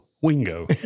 Wingo